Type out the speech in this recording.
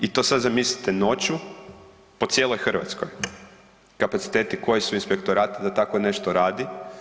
I to sada zamislite noću po cijeloj Hrvatskoj kapaciteti koji su inspektorata da tako nešto radi.